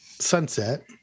sunset